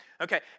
Okay